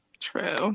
True